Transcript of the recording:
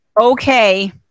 okay